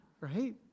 Right